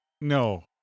No